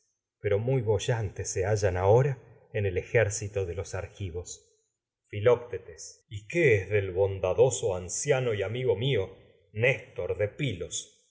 pero muy boyantes se hallan ahora en ejército de los argivos filoctetes y qué es del bondadoso pues anciano y amigo mío néstor de pilos